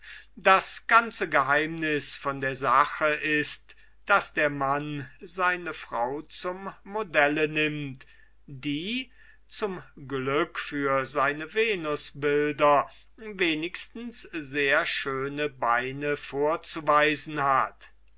das ganze geheimnis von der sache ist daß der mann seine frau zum modelle nimmt die zum glücke für seine venusbilder wenigstens die beine schön hat